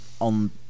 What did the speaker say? on